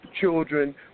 children